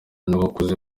n’abakuze